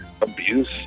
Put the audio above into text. abuse